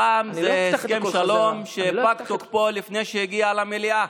הפעם זה הסכם שלום שפג תוקפו לפני שהגיע למליאה.